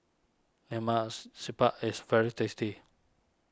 Lemaks Siput is very tasty